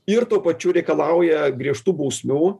ir tuo pačiu reikalauja griežtų bausmių